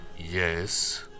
yes